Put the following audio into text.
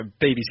BBC